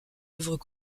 œuvres